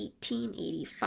1885